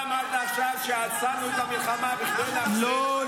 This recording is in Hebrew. אתה אמרת עכשיו שעצרתם את המלחמה בשביל --- לא,